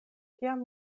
kiam